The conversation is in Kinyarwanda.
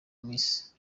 miss